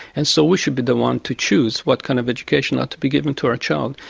and so we should be the one to choose what kind of education ought to be given to our child.